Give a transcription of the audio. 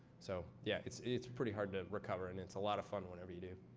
so, yeah. it's it's pretty hard to recover, and it's a lot of fun whatever you do.